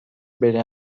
bere